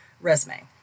resume